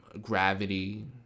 *Gravity*